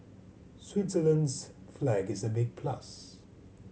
Switzerland's flag is a big plus